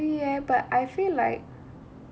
I agree leh but I feel like